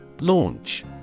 Launch